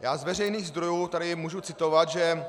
Z veřejných zdrojů tady můžu citovat, že